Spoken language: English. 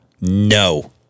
No